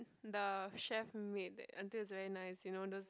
the chef made that until it's very nice you know those